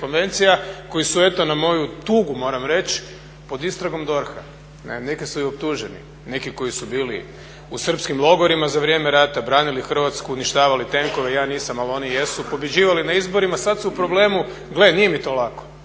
konvencija koji su eto na moju tugu, moram reći pod istragom DORH-a, neki su i optuženi, neki koji su bili u srpskim logorima za vrijeme rata, branili Hrvatsku, uništavali tenkove, ja nisam ali oni jesu, pobjeđivali na izborima, sada su u problemu. Gle nije mi to lako,